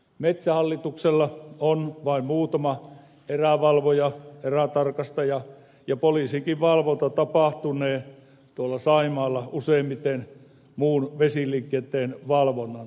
metsähallituksella on vain muutama erävalvoja erätarkastaja ja poliisinkin valvonta tapahtunee tuolla saimaalla useimmiten muun vesiliikenteen valvonnan yhteydessä